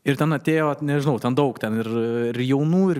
ir ten atėjo vat nežinau ten daug ten ir ir jaunų ir